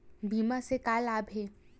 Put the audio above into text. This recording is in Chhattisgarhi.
बीमा से का लाभ हे?